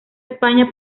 españa